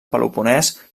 peloponès